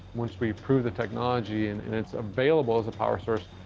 once we improve the technology and and it's available as a power source,